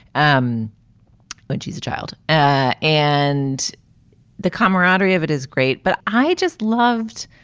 um but she's a child and the camaraderie of it is great. but i just loved,